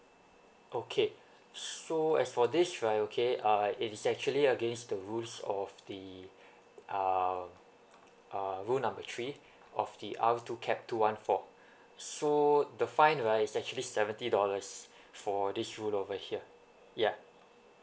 okay so as for this right okay uh it is actually against the rules of the uh uh rule number three of the R two cap two one four so the fine right is actually seventy dollars for this rule over here ya